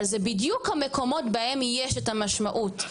אבל זה בדיוק המקומות בהם יש את המשמעות.